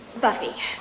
Buffy